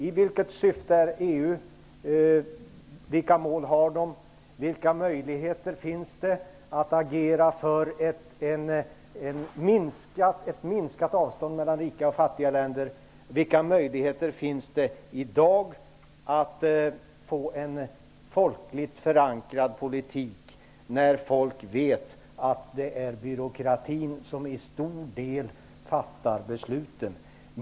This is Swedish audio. I vilket syfte finns EU? Vilka mål finns? Vilka möjligheter finns att agera för ett minskat avstånd mellan rika och fattiga länder? Vilka möjligheter finns det att i dag få en folkligt förankrad politik när folk vet att det är byråkratin som till stor del fattar besluten?